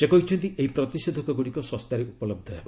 ସେ କହିଛନ୍ତି ଏହି ପ୍ରତିଷେଧକ ଗୁଡ଼ିକ ଶସ୍ତାରେ ଉପଲହ୍ଧ ହେବ